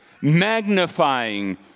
magnifying